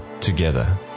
together